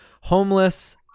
homeless